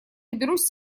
доберусь